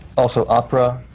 also opera,